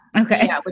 Okay